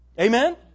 amen